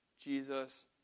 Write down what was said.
Jesus